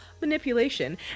manipulation